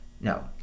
No